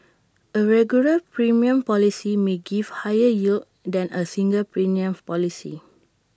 A regular premium policy may give higher yield than A single premium policy